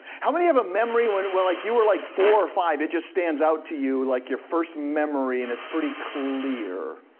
how many have a memory, when like you were like four or five, it just stands out to you? like your first memory, and it's pretty clear.